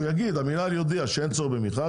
המינהל יודיע שאין צורך במכרז,